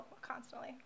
constantly